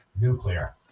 nuclear